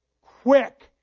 quick